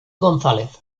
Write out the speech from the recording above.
gonzález